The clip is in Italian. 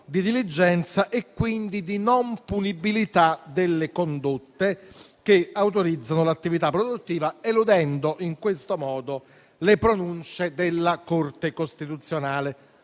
di diligenza e quindi di non punibilità delle condotte che autorizzano l'attività produttiva, eludendo in questo modo le pronunce della Corte costituzionale.